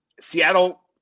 Seattle